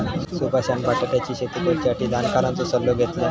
सुभाषान बटाट्याची शेती करुच्यासाठी जाणकारांचो सल्लो घेतल्यान